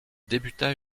débuta